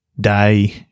Day